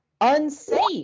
unsafe